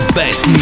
best